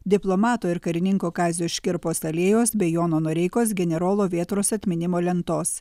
diplomato ir karininko kazio škirpos alėjos bei jono noreikos generolo vėtros atminimo lentos